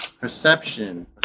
Perception